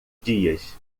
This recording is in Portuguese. dias